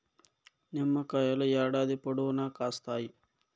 నిమ్మకాయలు ఏడాది పొడవునా కాస్తాయి